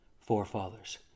forefathers